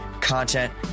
content